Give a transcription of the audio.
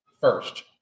first